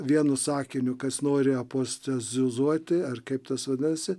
vienu sakiniu kas nori apostizizuoti ar kaip tas vadinasi